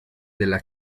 della